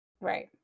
right